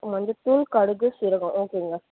மஞ்சள்தூள் கடுகு சீரகம் ஓகேங்க